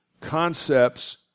concepts